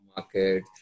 market